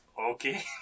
okay